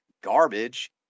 garbage